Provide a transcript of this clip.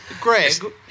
Greg